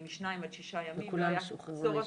בין שניים לשישה ימים ולא היה צורך